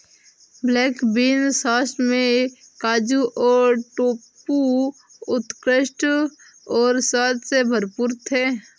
black bean sauce में काजू और टोफू उत्कृष्ट और स्वाद से भरपूर थे